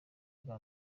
bwa